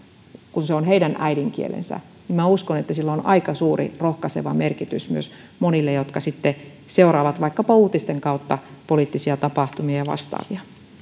kun se on heidän äidinkielensä minä uskon että sillä on aika suuri rohkaiseva merkitys myös monille jotka sitten seuraavat vaikkapa uutisten kautta poliittisia tapahtumia ja vastaavia